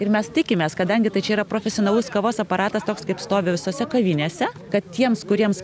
ir mes tikimės kadangi tai čia yra profesionalus kavos aparatas toks kaip stovi visose kavinėse kad tiems kuriems